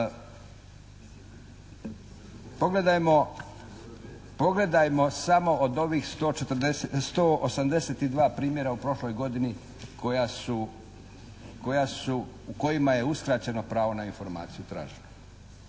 Pogledajmo samo od ovih 182 primjera u prošloj godini koja su, u kojima je uskraćeno pravo na informaciju traženu.